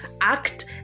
act